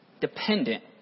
dependent